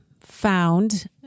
found